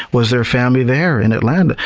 was there family there in atlanta?